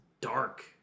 dark